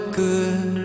good